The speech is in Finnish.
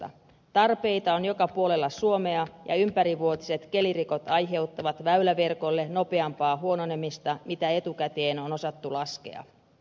tarpeita on joka puolella suomea ja ympärivuotiset kelirikot aiheuttavat väyläverkolle nopeampaa huononemista kuin etukäteen on osattu laskea